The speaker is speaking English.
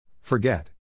Forget